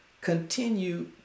continue